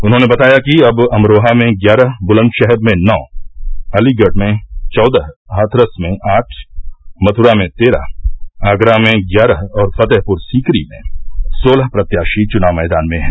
उन्होंने बताया कि अब अमरोहा में ग्यारह बुलंदशहर में नौ अलीगढ़ में चौदह हाथरस में आठ मथ्रा में तेरह आगरा में ग्यारह और फतेहपुर सीकरी में सोलह प्रत्याशी चुनाव मैदान में हैं